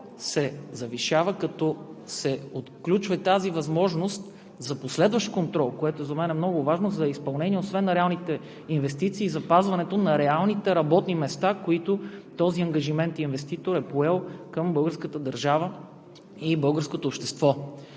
се завишава, като се отключва и тази възможност за последващ контрол, което за мен е много важно за изпълнение на реалните инвестиции и запазването на реалните работни места, за които този инвеститор е поел ангажимент към българската държава и българското общество.